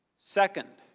second,